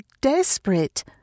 desperate